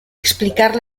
explicar